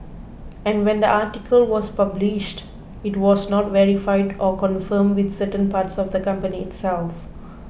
and when the article was published it was not verified or confirmed with certain parts of the company itself